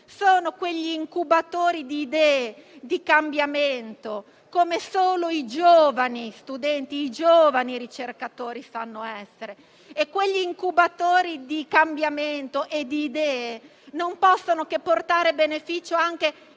sono incubatori di idee e di cambiamento come solo i giovani studenti e i giovani ricercatori sanno essere. E quegli incubatori di cambiamento e di idee non possono che portare beneficio anche